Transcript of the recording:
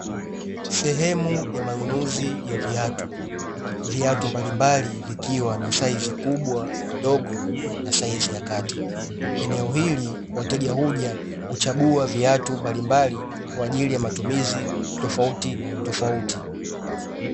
Sehemu ya manunuzi ya viatu, viatu mbalimbali vikiwa na saizi kubwa, ndogo na saizi ya kati. Eneo hili wateja huja kuchagua viatu mbalimbali kwaajili ya matumizi tofautitofauti.